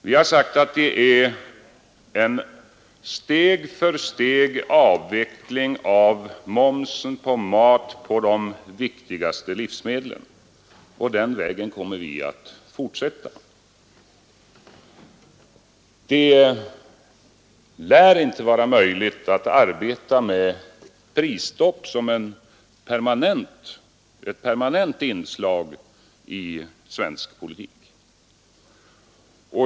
Vi har sagt att ett avvecklande av momsen på de viktigaste livsmedlen bör ske steg för steg, och på den vägen kommer vi att fortsätta. Det lär inte vara möjligt att arbeta med prisstopp som ett permanent inslag i svensk politik.